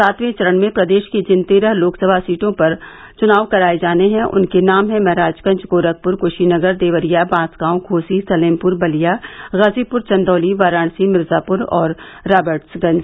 सातवे चरण में प्रदेश की जिन तेरह सीटों पर चुनाव कराये जाने हैं उनके नाम हैं महराजगंज गोरखपुर कुशीनगर देवरिया बांसगांव घोसी सलेमपुर बलिया गाजीपुर चन्दौली वाराणसी मिर्जापुर और राबर्ट्सगंज